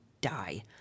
die